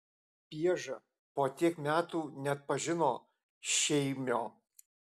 pieža po tiek metų neatpažino šeimio